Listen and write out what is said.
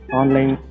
online